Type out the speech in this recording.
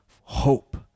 hope